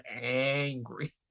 angry